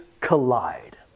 collide